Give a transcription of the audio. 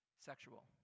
Sexual